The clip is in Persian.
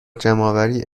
جمعآوری